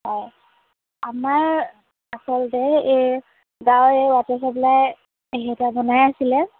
হয় আমাৰ আচলতে এই গাঁৱৰ এই ৱাটাৰ চাপ্লাই হেৰি এটা বনাই আছিলে